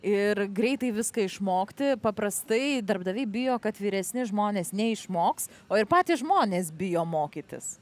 ir greitai viską išmokti paprastai darbdaviai bijo kad vyresni žmonės neišmoks o ir patys žmonės bijo mokytis